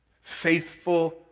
faithful